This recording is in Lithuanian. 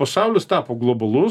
pasaulis tapo globalus